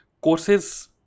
courses